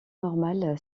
normal